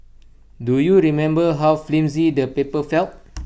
do you remember how flimsy the paper felt